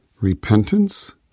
repentance